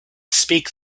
speak